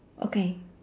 okay